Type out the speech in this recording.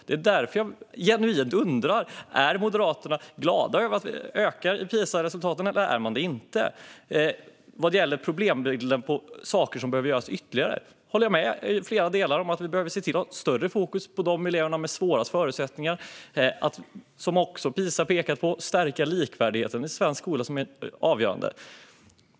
Det är därför jag genuint undrar: Är Moderaterna glada över att vi går framåt i PISA, eller är man det inte? När det gäller problemen och de ytterligare saker som behöver göras håller jag med i flera delar. Vi behöver ha större fokus på de elever som har sämst förutsättningar, och det är, som PISA också pekar på, avgörande att stärka likvärdigheten i svensk skola.